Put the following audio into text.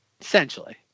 Essentially